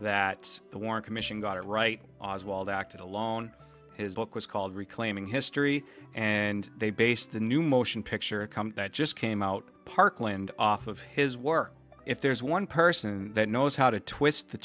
that the warren commission got it right oswald acted alone his book was called reclaiming history and they based the new motion picture a coming that just came out parkland off of his work if there's one person that knows how to twist the